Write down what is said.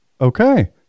Okay